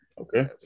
Okay